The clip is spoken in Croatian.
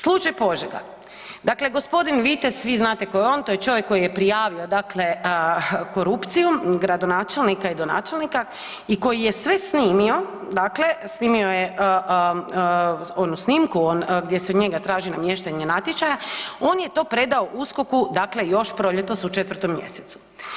Slučaj Požega, dakle g. Vitez svi znate tko je on to je čovjek koji je prijavio korupciju gradonačelnika i donačelnika i koji je sve snimio, snimio je onu snimku gdje se njega traži namještanje natječaja, on je to predao USKOK-u još proljetos u 4. mjesecu.